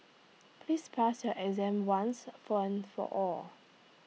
please pass your exam once for and for all